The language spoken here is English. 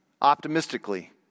optimistically